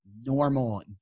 normal